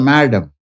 Madam